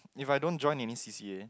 if I don't join any C_C_A